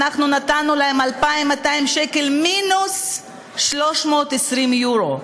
אנחנו נתנו להם 2,220 שקל מינוס 320 יורו,